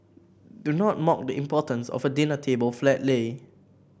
do not mock the importance of a dinner table flat lay